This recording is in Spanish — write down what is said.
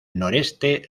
noreste